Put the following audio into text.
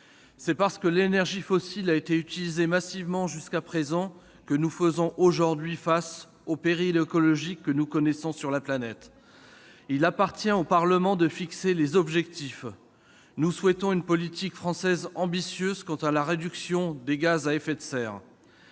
c'est parce que l'énergie fossile a été utilisée massivement jusqu'à présent que nous faisons aujourd'hui face au péril écologique que nous connaissons sur la planète. Il appartient au Parlement de fixer les objectifs. Nous souhaitons une politique française ambitieuse en matière de réduction des gaz à effet de serre.